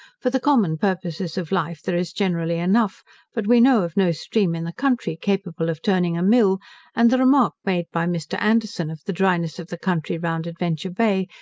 for the common purposes of life there is generally enough but we know of no stream in the country capable of turning a mill and the remark made by mr. anderson, of the dryness of the country round adventure bay,